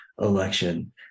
election